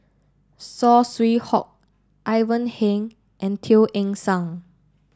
Saw Swee Hock Ivan Heng and Teo Eng Seng